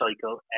cycle